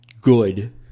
good